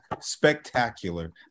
spectacular